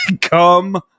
come